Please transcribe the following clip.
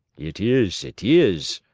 it is, it is!